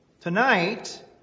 Tonight